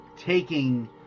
Taking